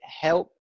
help